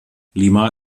lima